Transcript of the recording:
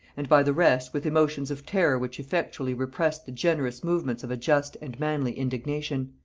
and by the rest with emotions of terror which effectually repressed the generous movements of a just and manly indignation.